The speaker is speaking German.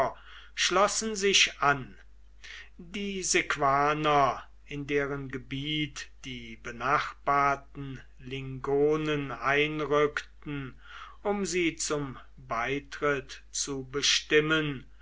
schlossen sich an die sequaner in deren gebiet die benachbarten lingonen einrückten um sie zum beitritt zu bestimmen